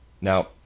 Now